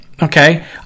Okay